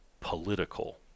political